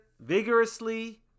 vigorously